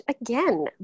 again